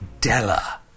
della